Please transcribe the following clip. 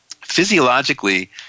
physiologically